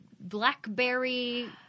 Blackberry